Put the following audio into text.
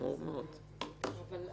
מרגע